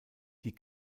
die